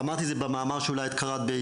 אמרתי את זה במאמר שאולי את קראת,